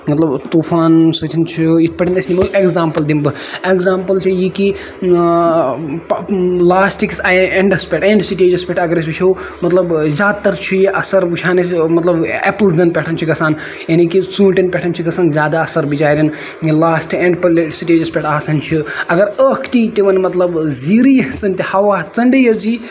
مطلب طوٗفان سۭتۍ چھُ یِتھ پٲٹھۍ أسۍ نِمو اٮ۪کزامپٔل دِمہٕ بہٕ اٮ۪کزامپٔل چھِ یہِ کہِ لاسٹ کِس اینڈَس پٮ۪ٹھ اینڈ سِٹیجَس پٮ۪ٹھ اَگر أسۍ وٕچھو مطلب زیادٕ تر چھُ یہِ اَثر وٕچھان أسۍ مطلب ایپٔلزَن پٮ۪ٹھ چھُ گژھان یعنی کہِ ژوٗٹین پٮ۪ٹھ چھُ گژھان زیادٕ اَثر بِچارین ییٚلہِ لاسٹ اینڈ سِٹیجَس پٮ۪ٹھ آسان چھُ اَگر ٲکھتی تِمن مطلب زیٖرٕے سندِ سۭتۍ تہِ ہوا ژنڈٕے یٲژ یہِ